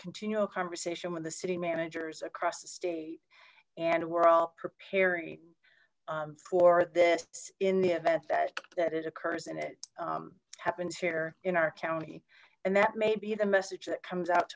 continual conversation when the city managers across the state and we're all preparing for this in the event that that it occurs in it happens here in our town and that may be the message that comes out